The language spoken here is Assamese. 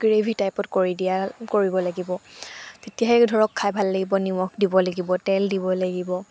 গ্ৰেভি টাইপত কৰি দিয়া কৰিব লাগিব তেতিয়াহে ধৰক খাই ভাল লাগিব নিমখ দিব লাগিব তেল দিব লাগিব